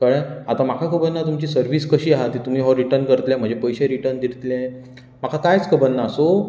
कळ्ळें आतां म्हाका खबर ना तुमची सर्वीस कशी आसा ती तुमी हो रिटर्न करतले म्हजे पयशे रिटर्न दितले म्हाका कांयच खबर ना सो